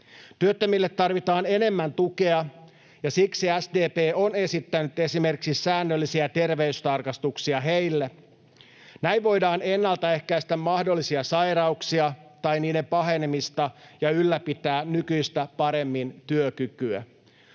Työttömille tarvitaan enemmän tukea, ja siksi SDP on esittänyt esimerkiksi säännöllisiä terveystarkastuksia heille. Näin voidaan ennalta ehkäistä mahdollisia sairauksia tai niiden pahenemista ja ylläpitää nykyistä paremmin työkykyä.